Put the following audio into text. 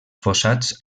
fossats